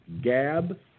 Gab